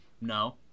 No